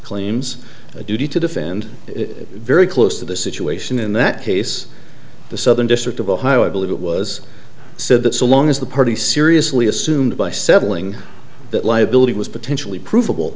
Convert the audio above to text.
claims a duty to defend it very close to the situation in that case the southern district of ohio i believe it was said that so long as the party seriously assumed by settling that liability was potentially provable